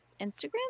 Instagram